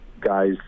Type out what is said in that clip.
guys